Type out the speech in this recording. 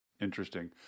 Interesting